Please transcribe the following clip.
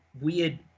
weird